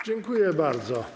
Dziękuję bardzo.